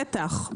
בטח,